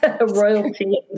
royalty